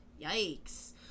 Yikes